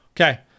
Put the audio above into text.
Okay